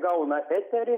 gauna eterį